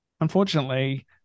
Unfortunately